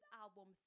album